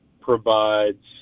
provides